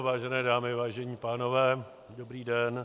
Vážené dámy, vážení pánové, dobrý den.